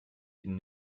ihnen